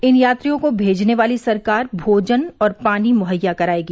इन यात्रियों को मेजने वाली सरकार भोजन और पानी मुहैया कराएगी